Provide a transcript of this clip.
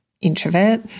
introvert